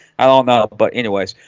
i don't know. but anyways,